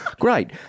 Great